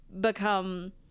become